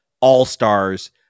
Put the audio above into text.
all-stars